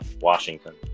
Washington